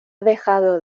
dejado